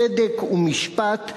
צדק ומשפט,